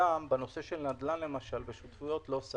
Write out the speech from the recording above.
בנושא של נדל"ן ושותפויות.